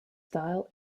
style